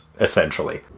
essentially